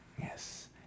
Yes